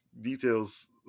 details